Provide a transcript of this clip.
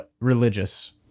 religious